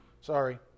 sorry